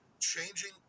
Changing